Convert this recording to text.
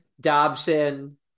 Dobson